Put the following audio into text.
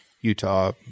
Utah